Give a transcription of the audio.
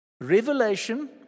revelation